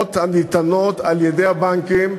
משכנתאות הניתנות על-ידי הבנקים,